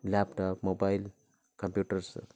laptop mobile computers